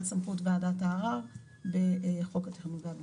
סמכות וועדת הערער בחוק בתכנון והבנייה.